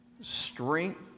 strength